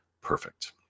perfect